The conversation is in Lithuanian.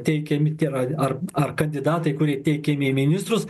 teikiami tie ar ar ar kandidatai kurie teikiami į ministrus